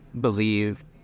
believe